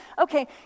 okay